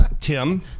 Tim